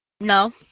No